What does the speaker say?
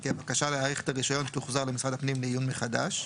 כי הבקשה להאריך את הרישיון תוחזר למשרד הפנים לעיון מחדש.